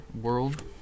world